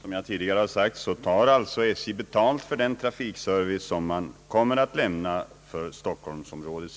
Herr talman! Som jag tidigare har sagt tar SJ betalt för den trafikservice som SJ kommer att lämna stockholmsområdet.